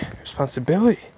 responsibility